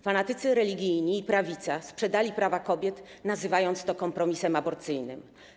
Fanatycy religijni i prawica sprzedali prawa kobiet, nazywając to kompromisem aborcyjnym.